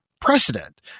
precedent